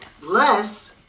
less